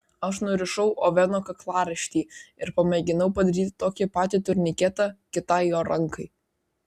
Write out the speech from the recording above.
aš nurišau oveno kaklaraištį ir pamėginau padaryti tokį patį turniketą kitai jo rankai